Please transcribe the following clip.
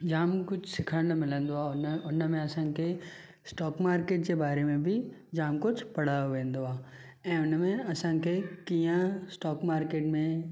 जाम कुझ सिखण लाइ मिलिन्दो आहे उनमें असांखे स्टाक मार्केट जे ॿारे में बि जाम कुझु पढ़ायो वेन्दो आहे ऐं उनमें असांखे कीअं स्टाक मार्केट में